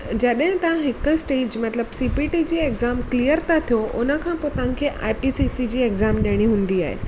जॾहिं तव्हां हिक स्टेज मतिलब सीपीटी जे एक्ज़ाम क्लिअर था थियो हुन खां पोइ तव्हांखे आइपीसीसी जी एक्ज़ाम ॾेयणी हूंदी आहे